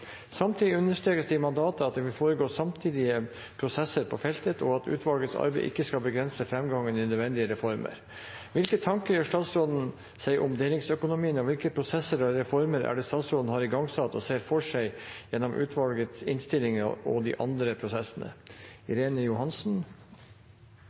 Samtidig understrekes det i mandatet at det vil foregå samtidige prosesser på feltet, og at utvalgets arbeid ikke skal begrense framgang i nødvendige reformer. Så da spør jeg finansministeren: Hvilke tanker gjør statsråden seg om delingsøkonomien, og hvilke prosesser og reformer er det statsråden har igangsatt og ser for seg gjennom utvalgets innstilling og de andre prosessene